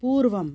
पूर्वम्